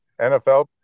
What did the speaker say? NFL